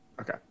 Okay